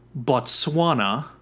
Botswana